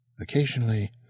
occasionally